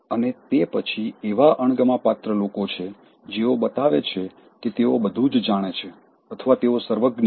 અને તે પછી એવા અણગમા પાત્ર લોકો છે જેઓ બતાવે છે કે તેઓ બધુંજ જાણે છે અથવા તેઓ સર્વજ્ઞ છે